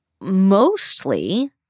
Mostly